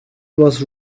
was